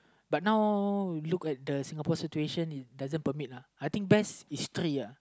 but now look at the Singapore situation it doesn't permit lah I think best is three uh